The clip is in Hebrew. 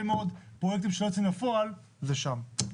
מאוד פרויקטים שלא יוצאים לפועל זה שם.